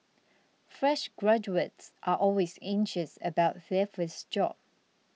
fresh graduates are always anxious about their first job